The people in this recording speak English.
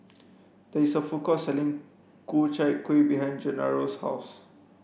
there is a food court selling Ku Chai Kueh behind Gennaro's house